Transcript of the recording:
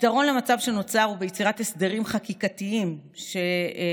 הפתרון למצב שנוצר הוא ביצירת הסדרים חקיקתיים שינתקו